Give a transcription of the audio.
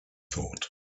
thought